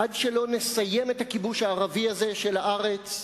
עד שלא נסיים את הכיבוש הערבי הזה של הארץ,